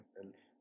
else